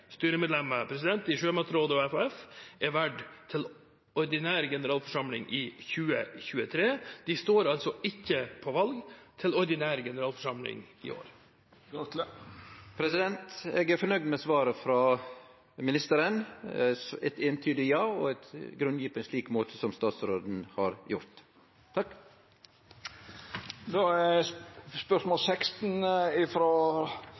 i Sjømatrådet og FHF er valgt til ordinær generalforsamling i 2023. De står altså ikke på valg til ordinær generalforsamling i år. Eg er fornøgd med svaret frå statsråden, eit eintydig ja, grunngjeve på den måten han gjorde. Dette spørsmålet er overført til fiskeri- og havbruksministeren som rette vedkomande. Spørsmålet fell bort, då spørjaren ikkje er